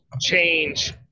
change